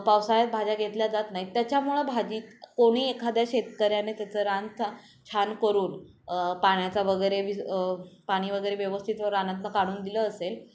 पावसाळ्यात भाज्या घेतल्या जात नाहीत त्याच्यामुळं भाजीत कोणी एखाद्या शेतकऱ्याने त्याचं रान छा छान करून पाण्याचा वगैरे पाणी वगैरे व्यवस्थित रानातनं काढून दिलं असेल